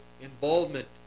involvement